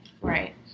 Right